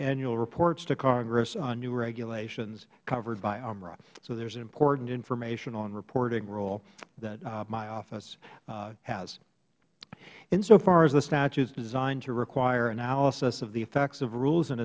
annual reports to congress on new regulations covered by umra so there is an important information on reporting rule that my office has insofar as the statute is designed to require analysis of the effects of rules in